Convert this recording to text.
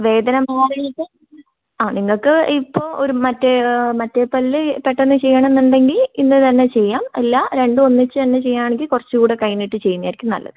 വേദന മാറിയിട്ട് ആ നിങ്ങൾക്ക് ഇപ്പോൾ ഒരു മറ്റേ മറ്റേ പല്ല് പെട്ടെന്ന് ചെയ്യണം എന്ന് ഉണ്ടെങ്കിൽ ഇന്ന് തന്നെ ചെയ്യാം അല്ല രണ്ടും ഒന്നിച്ച് തന്നെ ചെയ്യാൻ ആണെങ്കിൽ കുറച്ചും കൂടെ കഴിഞ്ഞിട്ട് ചെയ്യുന്നതാരിക്കും നല്ലത്